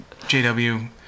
JW